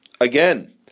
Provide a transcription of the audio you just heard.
Again